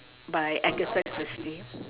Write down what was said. by agatha christie